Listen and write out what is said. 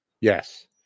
Yes